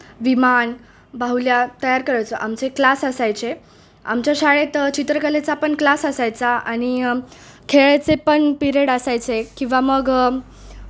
विमान बाहुल्या तयार करायचो आमचे क्लास असायचे आमच्या शाळेत चित्रकलेचा पण क्लास असायचा आणि खेळाचे पण पिरियड असायचे किंवा मग